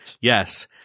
Yes